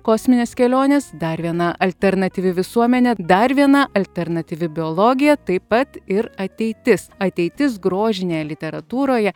kosminės kelionės dar viena alternatyvi visuomenė dar viena alternatyvi biologija taip pat ir ateitis ateitis grožinėje literatūroje